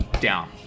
down